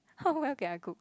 how well can I cook